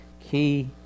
Key